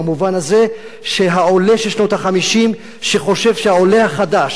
במובן הזה שהעולה של שנות ה-50 חושב שהעולה החדש